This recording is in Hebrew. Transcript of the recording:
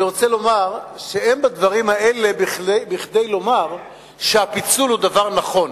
אני רוצה לומר שאין בדברים האלה כדי לומר שהפיצול הוא דבר נכון.